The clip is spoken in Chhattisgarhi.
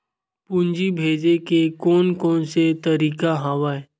पूंजी भेजे के कोन कोन से तरीका हवय?